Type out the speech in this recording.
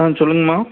சொல்லுங்கம்மா